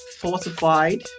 fortified